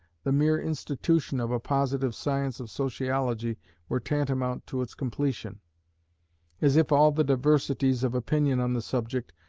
the mere institution of a positive science of sociology were tantamount to its completion as if all the diversities of opinion on the subject,